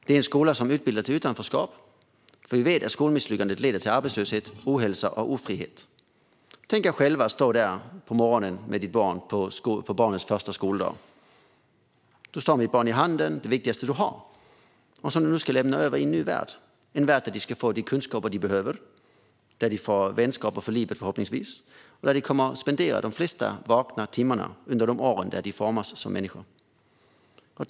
Det är en skola som utbildar till utanförskap, för vi vet att skolmisslyckande leder till arbetslöshet, ohälsa och ofrihet. Tänk dig själv att stå där på morgonen på ditt barns första skoldag. Du håller ditt barn i handen, ditt barn som är det viktigaste du har och som du nu ska lämna över i en ny värld - en värld där barn ska få de kunskaper de behöver, där de förhoppningsvis får vänner för livet och där de kommer att spendera de flesta vakna timmar under de år då de formas som människor.